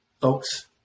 folks